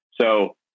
So-